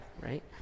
right